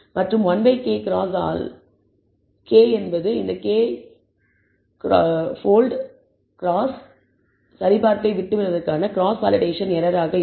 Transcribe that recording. மற்றும் 1k cross all K என்பது இந்த கே போல்ட் கிராஸ் சரிபார்ப்பை விட்டுவிடுவதற்கான கிராஸ் வேலிடேஷன் எரர் ஆக இருக்கும்